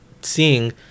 seeing